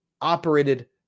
operated